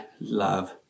love